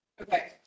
Okay